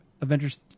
Avengers